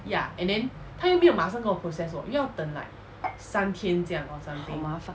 好麻烦